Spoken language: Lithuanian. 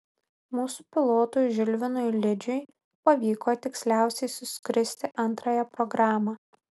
mūsų pilotui žilvinui lidžiui pavyko tiksliausiai suskristi antrąją programą